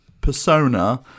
persona